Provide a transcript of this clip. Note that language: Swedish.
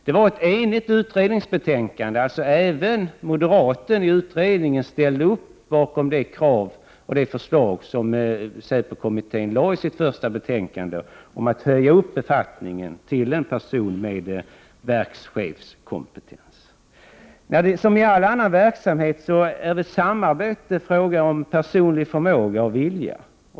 Det var ett enhälligt utredningsbetänkande — även den moderate ledamoten i utredningen ställde sig alltså bakom det förslag som säpokommittén lade fram i sitt första betänkande om att höja upp befattningen till att gälla en person med verkschefskompetens. Som i all annan verksamhet är samarbete en fråga om personlig förmåga och vilja.